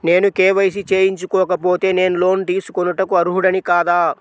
నేను కే.వై.సి చేయించుకోకపోతే నేను లోన్ తీసుకొనుటకు అర్హుడని కాదా?